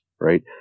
right